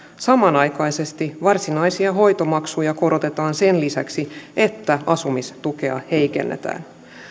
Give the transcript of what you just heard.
samanaikaisesti varsinaisia hoitomaksuja korotetaan sen lisäksi että asumistukea heikennetään